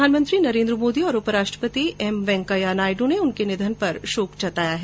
प्रधानमंत्री नरेन्द्र मोदी और उपराष्ट्रपति एम वैंकेया नायड् ने उनके निधन पर शोक जताया है